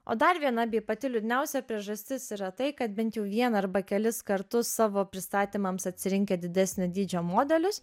o dar viena bei pati liūdniausia priežastis yra tai kad bent jau vieną arba kelis kartus savo pristatymams atsirinkę didesnio dydžio modelius